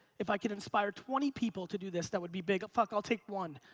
if i can inspire twenty people to do this that would be big, fuck i'll take one.